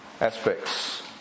aspects